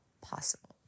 possible